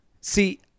See